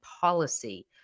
policy